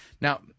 now